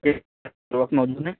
ہر وقت موجود ہیں